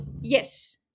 Yes